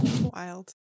wild